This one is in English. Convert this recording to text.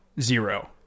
Zero